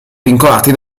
vincolati